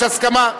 יש הסכמה?